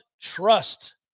trust